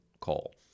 call